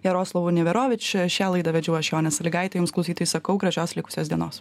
jaroslavu neverovič šią laidą vedžiau aš jonė sąlygaitė jums klaustyojai sakau gražios likusios dienos